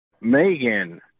Megan